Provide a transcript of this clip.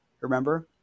remember